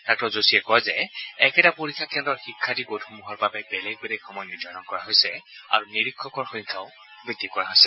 ডাঃ যোশীয়ে কয় যে একেটা পৰীক্ষা কেন্দ্ৰৰ শিক্ষাৰ্থী গোট সমূহৰ বাবে বেলেগ বেলেগ সময় নিৰ্ধাৰণ কৰা হৈছে আৰু নিৰীক্ষকৰ সংখ্যাও বৃদ্ধি কৰা হৈছে